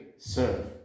serve